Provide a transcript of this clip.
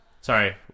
Sorry